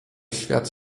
świat